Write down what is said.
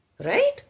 right